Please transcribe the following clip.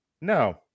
No